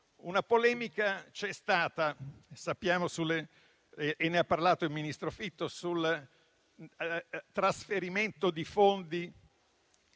Una polemica c'è stata - ne ha parlato il ministro Fitto - sul trasferimento di fondi